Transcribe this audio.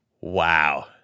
Wow